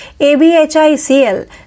ABHICL